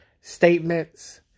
statements